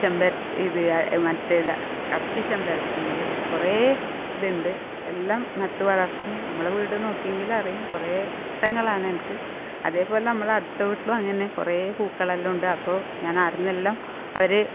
ചെമ്പരത്തി ഇത് മറ്റേത് അത്തി ചെമ്പരത്തി ഉണ്ട് കുറേ ഇതുണ്ട് എല്ലാം നട്ടു വളർത്തും നമ്മള വീട് നോക്കിയെങ്കിൽ അറിയും കുറേ ഇഷ്ടങ്ങളാണ് എനിക്ക് അതേപോലെ നമ്മളടുത്ത വീട്ടിലും അങ്ങനെ തന്നെ കുറേ പൂക്കളെല്ലാമുണ്ട് അപ്പോൾ ഞാൻ അവിടെനിന്നെല്ലാം അവർ